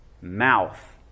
mouth